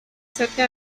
cerca